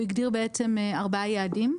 הוא הגדיר בעצם ארבעה יעדים.